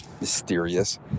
mysterious